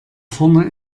vorne